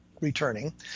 returning